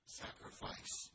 sacrifice